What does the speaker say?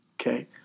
Okay